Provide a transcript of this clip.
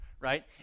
right